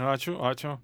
ačiū ačiū